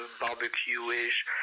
barbecue-ish